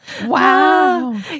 Wow